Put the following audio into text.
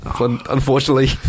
unfortunately